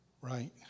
right